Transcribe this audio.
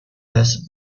this